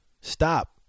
Stop